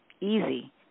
easy